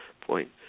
point